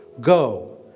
Go